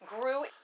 grew